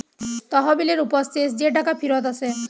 তহবিলের উপর শেষ যে টাকা ফিরত আসে